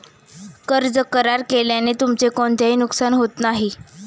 कर्ज करार केल्याने तुमचे कोणतेही नुकसान होत नाही